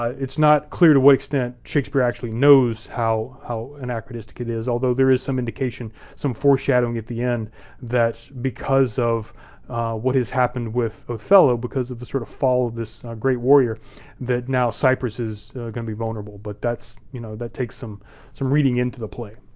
it's not clear to what extent shakespeare actually knows how how anachronistic it is, although there is some indication, some foreshadowing at the end that because of what has happened with othello, because of the sort of fall of this great warrior that now cyprus is gonna be vulnerable, but you know that takes some some reading into the play.